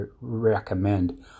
recommend